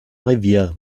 revier